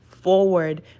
forward